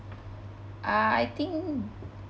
uh I think